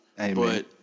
Amen